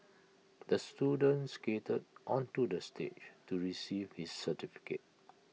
the student skated onto the stage to receive his certificate